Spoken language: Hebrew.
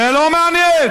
זה לא מעניין.